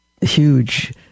huge